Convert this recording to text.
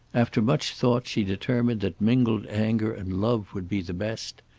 after much thought she determined that mingled anger and love would be the best.